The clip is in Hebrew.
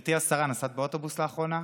גברתי השרה, נסעת באוטובוס לאחרונה?